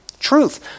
Truth